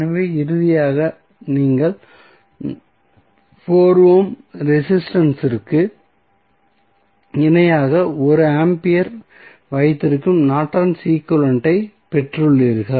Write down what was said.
எனவே இறுதியாக நீங்கள் 4 ஓம் ரெசிஸ்டன்ஸ் இற்கு இணையாக 1 ஆம்பியர் வைத்திருக்கும் நார்டன்ஸ் ஈக்வலன்ட் ஐ Nortons equivalent பெற்றீர்கள்